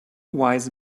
wise